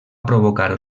provocar